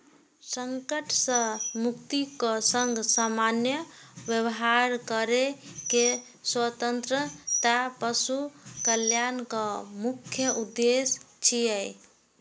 संकट सं मुक्तिक संग सामान्य व्यवहार करै के स्वतंत्रता पशु कल्याणक मुख्य उद्देश्य छियै